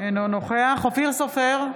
אינו נוכח אופיר סופר,